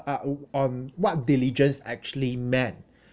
uh um what diligence actually meant